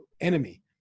enemy